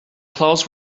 clothes